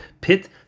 pit